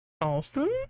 Austin